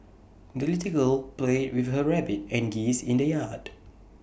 the little girl played with her rabbit and geesed in the yard